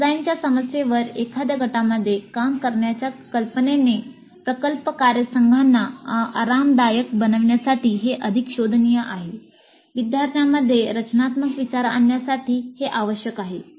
डिझाइनच्या समस्येवर एखाद्या गटामध्ये काम करण्याच्या कल्पनेने प्रकल्प कार्यसंघांना आरामदायक बनविण्यासाठी हे अधिक शोधनीय आहे विद्यार्थ्यांमध्ये रचनात्मक विचार आणण्यासाठी हे आवश्यक आहे